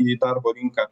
į darbo rinką